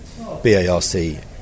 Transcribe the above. BARC